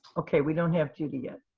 okay, we don't have judy yet.